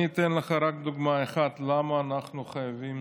אני אתן לך רק דוגמה אחת למה אנחנו חייבים